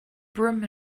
brim